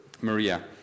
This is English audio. Maria